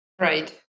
Right